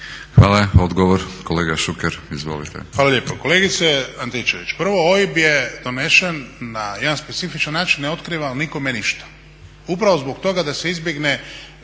Hvala. Odgovor kolega Šuker, izvolite.